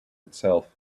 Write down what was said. itself